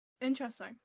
Interesting